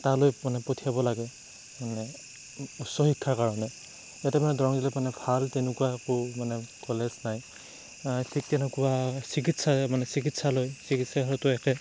মানে তালৈ মানে পঠিয়াব লাগে মানে উচ্চ শিক্ষাৰ কাৰণে যাতে মানে দৰং জিলাত ভাল তেনেকুৱা একো অমনে কলেজ নাই ঠিক তেনেকুৱা চিকিৎসালয় একে